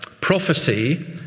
prophecy